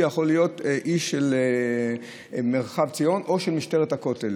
יכול להיות איש מרחב ציון או של משטרת הכותל.